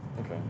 Okay